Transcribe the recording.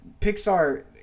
Pixar